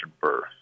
birth